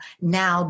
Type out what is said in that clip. now